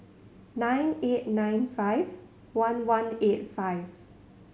nine eight nine five one one eight five